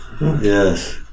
yes